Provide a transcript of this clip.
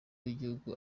w’igihugu